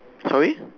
sorry